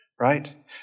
right